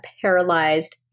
paralyzed